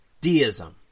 Deism